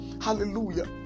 Hallelujah